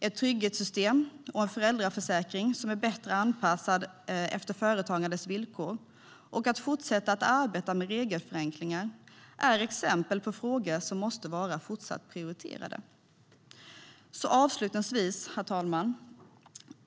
Ett trygghetssystem och en föräldraförsäkring som båda är bättre anpassade till företagandets villkor och att fortsätta arbetet med regelförenklingar är exempel på frågor som måste vara fortsatt prioriterade. Herr talman!